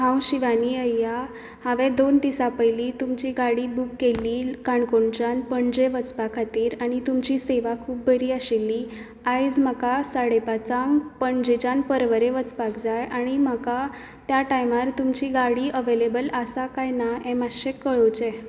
हांव शिवानी अय्या हांवें दोन दिसा पयलीं तुमची गाडी बूक केल्ली काणकोणच्यान पणजे वचपा खातीर आनी तुमची सेवा खूब बरी आशिल्ली आयज म्हाका साडे पांचाक पणजेच्यान परवरे वचपाक जाय आनी म्हाका त्या टायमार तुमची गाडी अवेलेबल आसा काय ना हें मातशें कळोवचें